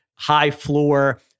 high-floor